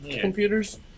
computers